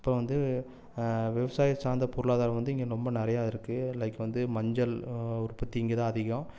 அப்புறம் வந்து விவசாயம் சார்ந்த பொருளாதாரம் வந்து இங்கே ரொம்ப நிறையா இருக்கு லைக் வந்து மஞ்சள் உற்பத்தி இங்கே தான் அதிகம்